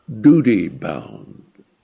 duty-bound